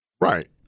Right